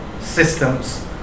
Systems